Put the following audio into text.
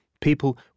people